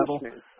level